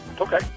Okay